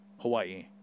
Hawaii